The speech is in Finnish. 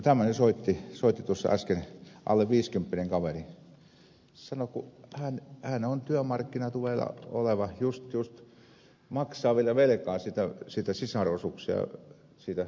tämmöinen alle viisikymppinen kaveri soitti tuossa äsken ja sanoi että hän on työmarkkinatuella oleva maksaa vielä sisarosuuksia siitä mökistä toisille kun on ollut useampi lapsi